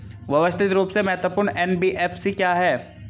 व्यवस्थित रूप से महत्वपूर्ण एन.बी.एफ.सी क्या हैं?